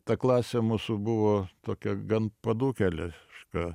ta klasė mūsų buvo tokia gan padūkėliška